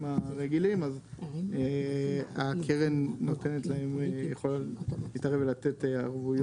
הרגילים - אז הקרן יכולה להתערב ולתת ערבויות.